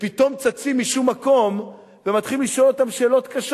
שפתאום צצים משום מקום ומתחילים לשאול אותם שאלות קשות